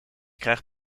krijg